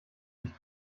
nicht